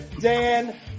Dan